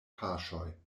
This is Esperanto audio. paŝoj